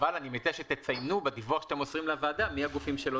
אבל אני מציע שתציינו בדיווח שאתם מוסרים לוועדה מי הגופים שלא